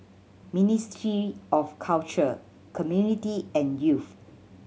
Ministry of Culture Community and Youth